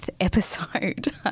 episode